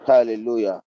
Hallelujah